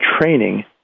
training